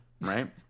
right